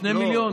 שני מיליון?